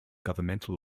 governmental